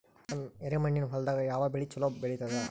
ನಮ್ಮ ಎರೆಮಣ್ಣಿನ ಹೊಲದಾಗ ಯಾವ ಬೆಳಿ ಚಲೋ ಬೆಳಿತದ?